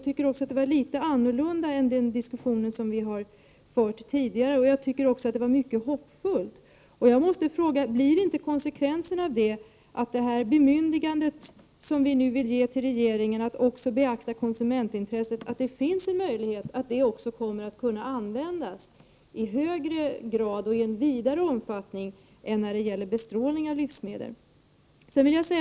Diskussionen är nu litet annorlunda än den som vi tidigare har fört med jordbruksministern, och det som jordbruksministern sade var mycket hoppfullt. Är inte konsekvensen av det att det bemyndigande som vi vill ge till regeringen, att också beakta konsumentintresset, kommer att kunna utsträckas till att gälla också annat än bestrålning av livsmedel?